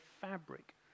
fabric